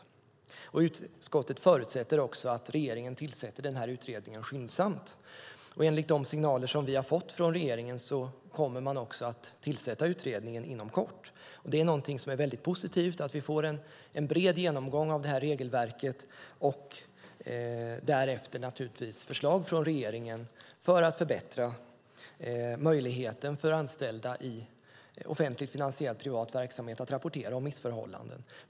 Utskottet förutsätter också att regeringen tillsätter den här utredningen skyndsamt. Enligt de signaler från regeringen som vi har fått kommer man också att tillsätta utredningen inom kort. Det är något som är mycket positivt att vi får en bred genomgång av regelverket och därefter naturligtvis förslag från regeringen för att förbättra möjligheten för anställda i offentligt finansierad privat verksamhet att rapportera om missförhållanden.